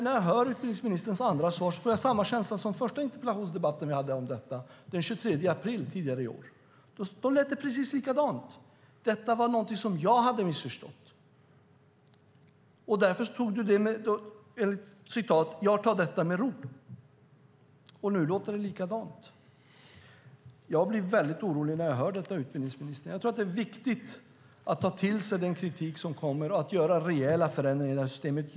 När jag hör utbildningsministerns andra svar får jag samma känsla som i den första interpellationsdebatten som vi hade här om detta, den 8 maj tidigare i år. Då lät det precis likadant, att detta var någonting som jag hade missförstått. Du sade: "Jag tar detta med ro." Och nu låter det likadant. Jag blir väldigt orolig när jag hör detta, utbildningsministern. Jag tror att det är viktigt att ta till sig den kritik som kommer och att göra rejäla förändringar i systemet.